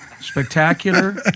spectacular